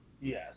Yes